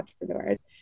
entrepreneurs